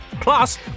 Plus